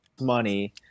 money